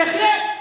בהחלט.